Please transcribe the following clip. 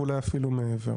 ואולי אפילו מעבר,